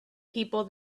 people